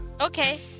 okay